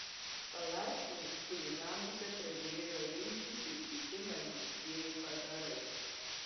palaipsniui chuliganuose pradėjo rinktis ir kiti magiškieji padarai